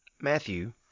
Matthew